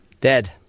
dead